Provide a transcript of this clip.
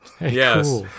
yes